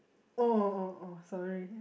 orh orh orh orh sorry